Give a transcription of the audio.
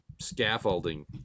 scaffolding